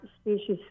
species